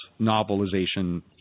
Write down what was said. novelization